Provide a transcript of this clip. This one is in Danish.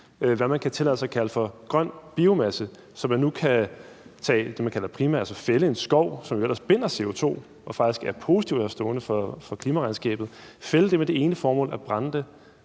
hvad man kan tillade sig at kalde for grøn biomasse, så man nu kan tage det, man kalder primær biomasse, og så fælde en skov, som jo ellers binder CO2 og faktisk er positiv for klimaregnskabet, med det ene formål at brænde træet,